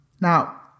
Now